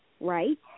right